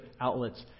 outlets